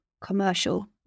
commercial